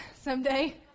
someday